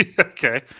Okay